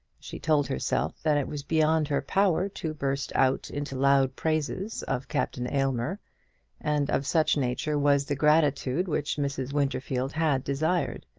she told herself that it was beyond her power to burst out into loud praises of captain aylmer and of such nature was the gratitude which mrs. winterfield had desired.